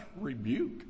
rebuke